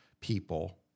people